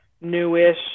newish